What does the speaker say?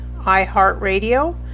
iHeartRadio